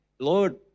Lord